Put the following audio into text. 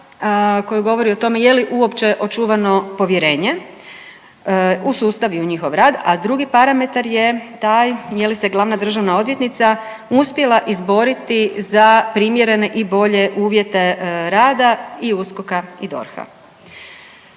koji govori o tome je li uopće očuvano povjerenje u sustav i u njihov rad, a drugi parametar je taj je li se glavna državna odvjetnica uspjela izboriti za primjerene i bolje uvjete rada i USKOK-a i DORH-a.